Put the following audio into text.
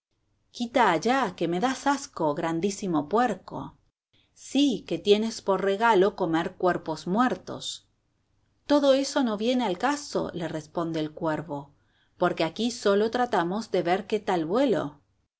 quita allá que me das asco grandísimo puerco sí que tienes por regalo comer cuerpos muertos todo eso no viene al caso le responde el cuervo porque aquí sólo tratamos de ver qué tal vuelo